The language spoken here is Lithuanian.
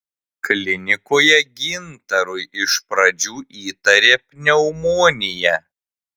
klinikoje gintarui iš pradžių įtarė pneumoniją